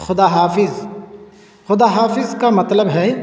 خدا حافظ خدا حافظ کا مطلب ہے